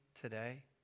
today